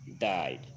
died